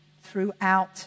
throughout